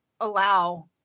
allow